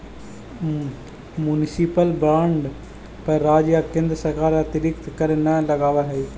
municipal bond पर राज्य या केन्द्र सरकार अतिरिक्त कर न लगावऽ हइ